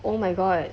oh my god